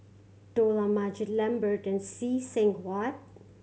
Dollah Majid Lambert and See Seng Huat